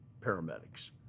paramedics